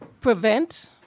prevent